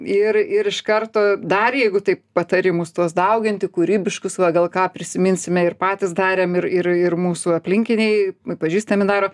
ir ir iš karto dar jeigu taip patarimus tuos dauginti kūrybiškus va gal ką prisiminsime ir patys darėm ir ir mūsų aplinkiniai pažįstami daro